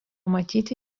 matyti